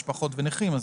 משפחות ונכים.